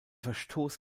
verstoß